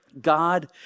God